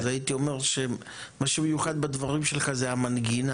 אז הייתי אומר מה שמיוחד בדברים שלך זה המנגינה,